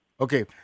Okay